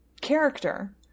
character